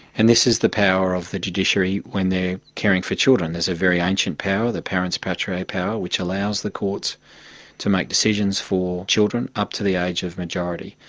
and this is the power of the judiciary when they're caring for children. there's a very ancient power, the parens patriae power, which allows the courts to make decisions for children up to the age of majority.